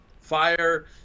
fire